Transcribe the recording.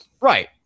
Right